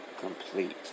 complete